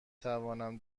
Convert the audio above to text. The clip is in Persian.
توانم